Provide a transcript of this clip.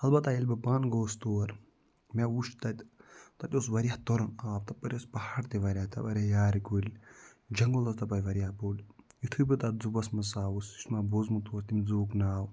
البتہ ییٚلہِ بہٕ پانہٕ گوٚوُس تور مےٚ وُچھ تَتہِ تَتہِ اوس واریاہ تُرُن آب تَپٲرۍ ٲسۍ پہاڑ تہِ واریاہ تَپٲرۍ ٲ یارِ کُلۍ جَنگُل اوس تَپٲرۍ واریاہ بوٚڈ یُتھٕے بہٕ تَتھ زُوٗوَس منٛز ژاوُس یُس مےٚ بوٗزٕمُت اوس تَمہِ زُوُک ناو